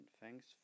thanks